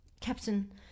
Captain